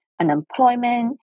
unemployment